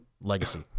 legacy